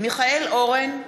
מיכאל אורן,